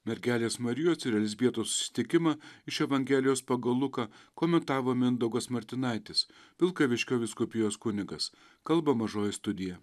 mergelės marijos ir elzbietos susitikimą iš evangelijos pagal luką komentavo mindaugas martinaitis vilkaviškio vyskupijos kunigas kalba mažoji studija